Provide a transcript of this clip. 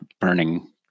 burning